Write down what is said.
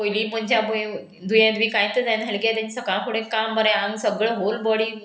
पयलीं मनशां पय दुयेंत बी कांयत जायना हाले किया तेंकां सकाळ फुडें काम बरें आंग सगळें होल बॉडी